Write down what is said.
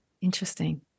Interesting